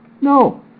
No